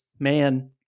man